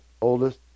Oldest